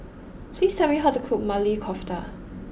please tell me how to cook Maili Kofta